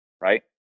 Right